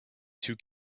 two